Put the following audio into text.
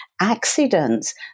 accidents